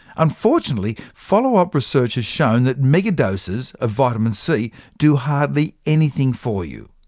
unfortunately, follow-up research has shown that megadoses of vitamin c do hardly anything for you.